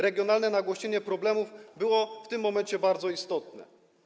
Regionalne nagłośnienie problemów było w tym momencie bardzo istotne.